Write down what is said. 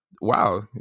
wow